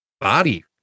body